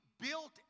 built